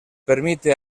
permite